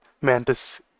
Mantis